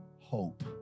hope